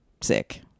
sick